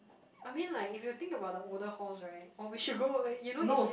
uh I mean like if you think about the older halls right or we should go uh you know if we